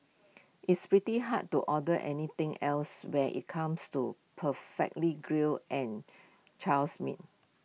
it's pretty hard to order anything else when IT comes to perfectly grilled and Charles meats